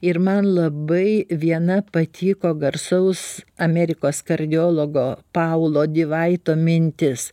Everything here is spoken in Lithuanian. ir man labai viena patiko garsaus amerikos kardiologo paulo divaito mintis